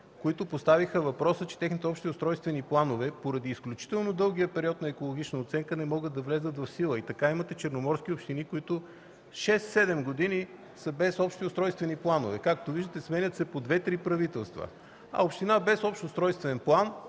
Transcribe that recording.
които поставиха въпроса, че техните общи устройствени планове поради изключително дългия период на екологична оценка не могат да влязат в сила. Така имате черноморски общини, които 6-7 години са без общи устройствени планове. Както виждате, сменят се по две-три правителства, а община без общ устройствен план